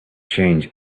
change